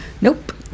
Nope